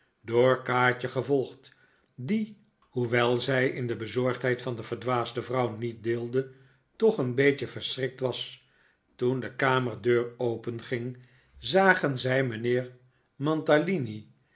door kaatje gevolgd die hoewel zij in de bezorgdheid van de verdwaasde vrouw niet deelde toch een beetje verschrikt was toen de kamerdeur openging zagen zij mijnheer